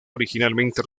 originalmente